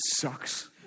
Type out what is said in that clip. sucks